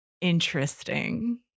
interesting